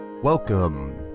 Welcome